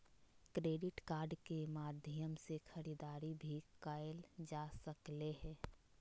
credit card के माध्यम से खरीदारी भी कायल जा सकले हें